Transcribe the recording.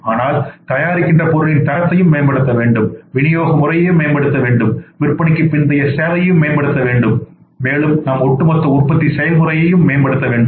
ஆனால் தயாரிக்கின்ற பொருளின் தரத்தையும் மேம்படுத்த வேண்டும் விநியோக முறையையும் மேம்படுத்த வேண்டும் விற்பனைக்கு பிந்தைய சேவையையும் மேம்படுத்த வேண்டும் மேலும் நாம் ஒட்டுமொத்த உற்பத்தி செயல்முறையையும் மேம்படுத்த வேண்டும்